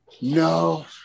No